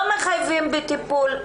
לא מחייבים בטיפול,